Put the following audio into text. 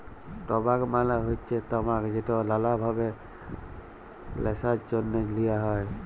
টবাক মালে হচ্যে তামাক যেট লালা ভাবে ল্যাশার জ্যনহে লিয়া হ্যয়